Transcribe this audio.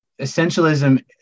essentialism